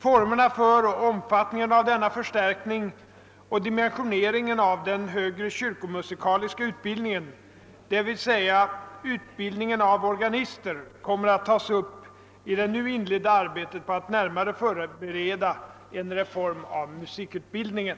Formerna för och omfattningen av denna förstärkning och dimensioneringen av den högre kyrkomusikaliska utbildningen, dvs. utbildningen av organister, kommer att tas upp i det nu inledda arbetet på att närmare förbereda en reform av musikutbildningen.